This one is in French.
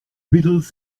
beatles